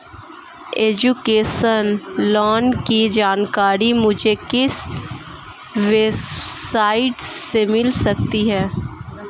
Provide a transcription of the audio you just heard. Education loan की जानकारी मुझे किस वेबसाइट से मिल सकती है?